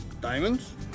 Diamonds